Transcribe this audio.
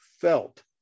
felt